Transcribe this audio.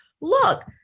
look